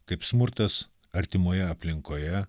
kaip smurtas artimoje aplinkoje